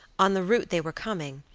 on the route they were coming,